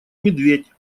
медведь